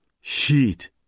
Sheet